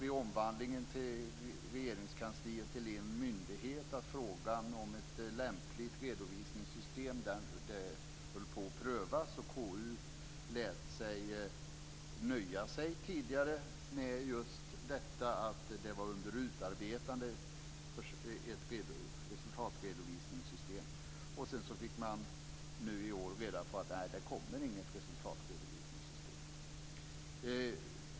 Vid omvandlingen av Regeringskansliet till en myndighet sade man att frågan om ett lämpligt redovisningssystem höll på att prövas. KU lät tidigare nöja sig med att ett resultatredovisningssystem var under utarbetande. Sedan fick man i år reda på att det inte kommer något resultatredovisningssystem.